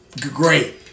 great